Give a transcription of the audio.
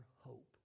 hope